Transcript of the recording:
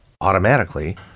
automatically